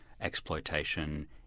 exploitation